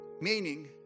Meaning